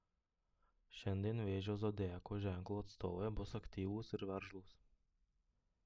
šiandien vėžio zodiako ženklo atstovai bus aktyvūs ir veržlūs